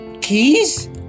Keys